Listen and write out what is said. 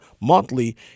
monthly